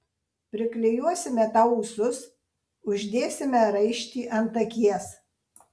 priklijuosime tau ūsus uždėsime raištį ant akies